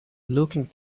looking